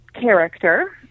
character